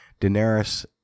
Daenerys